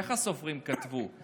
איך הסופרים כתבו?